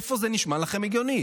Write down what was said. איפה זה נשמע לכם הגיוני?